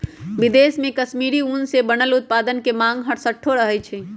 विदेश में कश्मीरी ऊन से बनल उत्पाद के मांग हरसठ्ठो रहइ छै